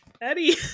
Eddie